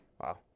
Wow